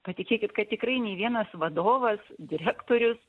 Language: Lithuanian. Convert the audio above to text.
patikėkit kad tikrai nei vienas vadovas direktorius